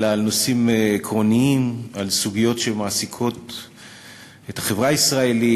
אלא על נושאים עקרוניים ועל סוגיות שמעסיקות את החברה הישראלית.